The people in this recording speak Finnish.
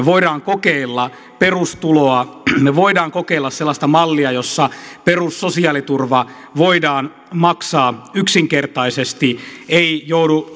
voimme kokeilla perustuloa me voimme kokeilla sellaista mallia jossa perussosiaaliturva voidaan maksaa yksinkertaisesti ei joudu